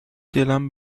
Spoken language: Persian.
دلم